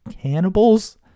cannibals